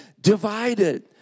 divided